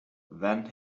then